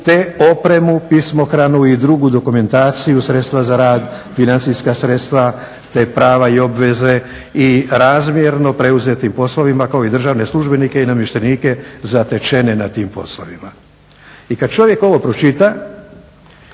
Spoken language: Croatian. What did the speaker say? te opremu, pismohranu i drugu dokumentaciju, sredstva za rad, financijska sredstva te prava i obveze i razmjerno preuzetim poslovima kao i državne službenike i namještenike zatečene na tim poslovima. I kada čovjek ovo pročita